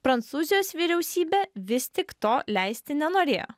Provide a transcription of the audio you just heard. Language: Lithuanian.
prancūzijos vyriausybė vis tik to leisti nenorėjo